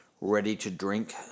ready-to-drink